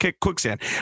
quicksand